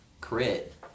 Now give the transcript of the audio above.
crit